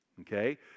okay